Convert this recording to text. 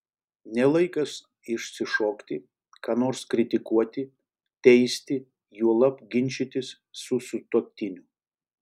ne laikas išsišokti ką nors kritikuoti teisti juolab ginčytis su sutuoktiniu